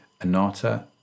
Anata